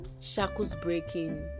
shackles-breaking